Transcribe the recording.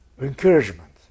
encouragement